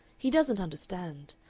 he doesn't understand.